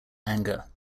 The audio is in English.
anger